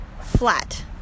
flat